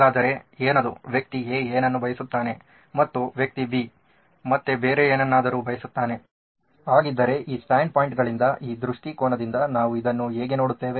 ಹಾಗಾದರೆ ಏನದು ವ್ಯಕ್ತಿ A ಏನನ್ನು ಬಯಸುತ್ತಾನೆ ಮತ್ತು ವ್ಯಕ್ತಿ B ಮತ್ತೆ ಬೇರೆ ಏನನ್ನಾದರೂ ಬಯಸುತ್ತಾನೆ ಆಗಿದ್ದರೆ ಈ ಸ್ಟ್ಯಾಂಡ್ ಪಾಯಿಂಟ್ಗಳಿಂದ ಈ ದೃಷ್ಟಿಕೋನದಿಂದ ನಾವು ಇದನ್ನು ಹೇಗೆ ನೋಡುತ್ತೇವೆ